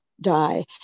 die